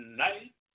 night